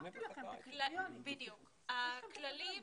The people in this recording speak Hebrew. הכללים,